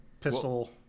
pistol